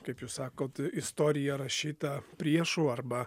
kaip jūs sakot istorija rašyta priešų arba